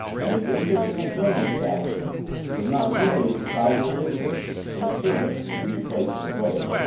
that his interest in the fleming establishment was not merely the casual interest of a servant in his new place of abode.